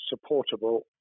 supportable